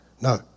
no